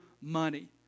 money